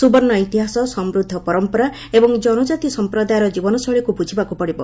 ସୁବର୍ଣ୍ଣ ଇତିହାସ ସମୃଦ୍ଧ ପରମ୍ପରା ଏବଂ ଜନଜାତି ସମ୍ପ୍ରଦାୟର ଜୀବନଶୈଳୀକୁ ବୁଝିବାକୁ ପଡ଼ିବ